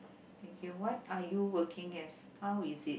okay what are you working as how is it